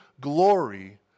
glory